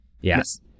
Yes